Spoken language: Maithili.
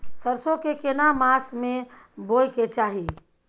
सरसो के केना मास में बोय के चाही?